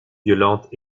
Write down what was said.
violentes